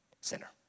sinner